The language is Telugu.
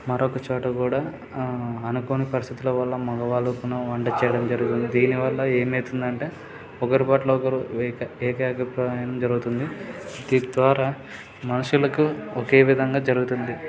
మరొక చోట కూడా అనుకోని పరిస్థితుల వల్ల మగవాళ్ళు కూడా వంట చేయడం జరుగుతుంది దీని వల్ల ఏమవుతుందంటే ఒకరి పట్ల ఒకరు ఏకా ఏకాభిప్రాయం జరుగుతుంది తద్వారా మనుషులకు ఒకే విధంగా జరుగుతుంది